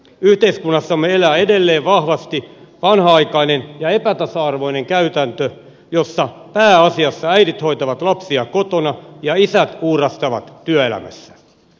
yhteiskunnassamme elää edelleen vahvasti vanhanaikainen ja epätasa arvoinen käytäntö jossa pääasiassa äidit hoitavat lapsia kotona ja isät uurastavat työelämässä